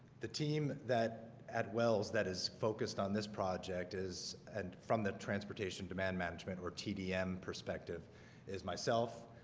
the team that at wells that is focused on this project is and from the transportation demand management or tdm perspective is myself.